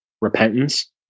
repentance